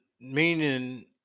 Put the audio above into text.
meaning